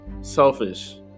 selfish